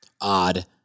odd